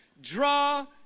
Draw